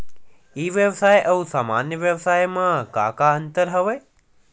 ई व्यवसाय आऊ सामान्य व्यवसाय म का का अंतर हवय?